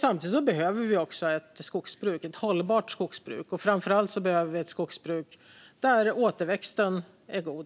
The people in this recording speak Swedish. Samtidigt behöver vi ett hållbart skogsbruk, och framför allt behöver vi ett skogsbruk där återväxten är god.